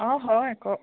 অঁ হয় কওক